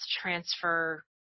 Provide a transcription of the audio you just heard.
transfer